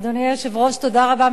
אדוני היושב-ראש, תודה רבה.